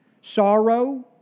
Sorrow